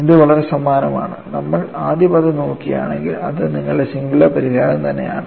ഇത് വളരെ സമാനമാണ് നമ്മൾ ആദ്യ പദം നോക്കുകയാണെങ്കിൽ ഇത് നിങ്ങളുടെ സിംഗുലാർ പരിഹാരം തന്നെയാണ്